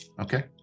Okay